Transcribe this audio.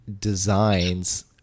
designs